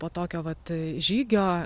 po tokio vat žygio